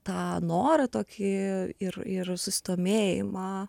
tą norą tokį ir ir susidomėjimą